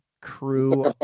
crew